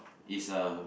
is uh